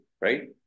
right